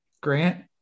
Grant